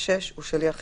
(6) הוא שליח ישראלי."